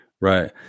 right